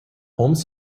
holmes